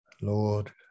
Lord